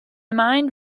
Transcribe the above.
mind